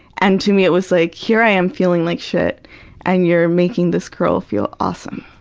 and to me, it was like, here i am feeling like shit and you're making this girl feel awesome.